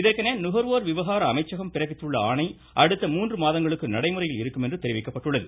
இதற்கென நுகர்வோர் விவகார அமைச்சகம் பிறப்பித்துள்ள ஆணை அடுத்த மூன்று மாதங்களுக்கு நடைமுறையில் இருக்கும் என்று தெரிவிக்கப்பட்டுள்ளது